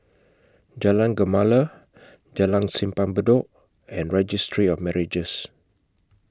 Jalan Gemala Jalan Simpang Bedok and Registry of Marriages